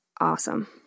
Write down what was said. awesome